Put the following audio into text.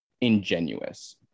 ingenuous